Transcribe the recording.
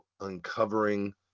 uncovering